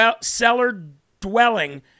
cellar-dwelling